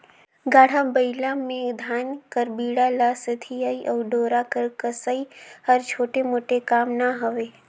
गाड़ा बइला मे धान कर बीड़ा ल सथियई अउ डोरा कर कसई हर छोटे मोटे काम ना हवे